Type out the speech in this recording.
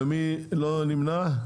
מי נמנע?